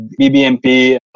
BBMP